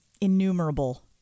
Innumerable